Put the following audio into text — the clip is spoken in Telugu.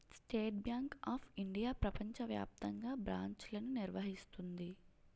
స్టేట్ బ్యాంక్ ఆఫ్ ఇండియా ప్రపంచ వ్యాప్తంగా బ్రాంచ్లను నిర్వహిస్తుంది